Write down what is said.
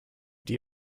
die